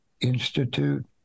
Institute